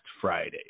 Friday